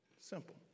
Simple